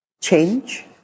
change